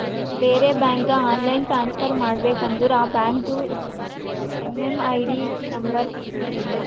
ಬೇರೆ ಬ್ಯಾಂಕ್ಗ online transfer ಮಾಡಬೇಕ ಅಂದುರ್ ಆ ಬ್ಯಾಂಕ್ದು ಎಮ್.ಎಮ್.ಐ.ಡಿ ನಂಬರ್ ಇರಬೇಕ